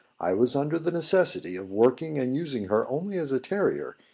i was under the necessity of working and using her only as a terrier,